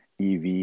EV